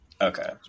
Okay